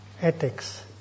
ethics